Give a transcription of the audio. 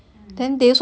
嗯